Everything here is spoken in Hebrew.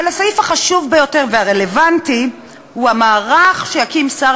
אבל הדבר החשוב והרלוונטי ביותר הוא המערך שיקים שר